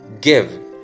give